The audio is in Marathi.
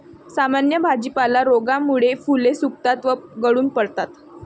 सामान्य भाजीपाला रोगामुळे फुले सुकतात व गळून पडतात